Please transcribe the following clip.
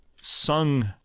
sung